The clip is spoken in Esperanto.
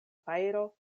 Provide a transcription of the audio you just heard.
fajro